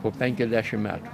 po penkiasdešim metų